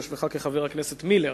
ביושבך כחבר הכנסת מילר,